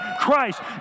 Christ